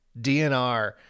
DNR